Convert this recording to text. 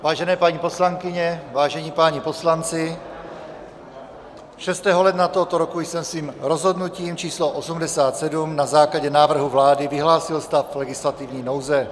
Vážené paní poslankyně, vážení páni poslanci, 6. ledna tohoto roku jsem svým rozhodnutím číslo 87 na základě návrhu vlády vyhlásil stav legislativní nouze.